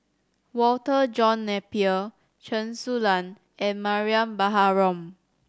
Walter John Napier Chen Su Lan and Mariam Baharom